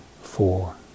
four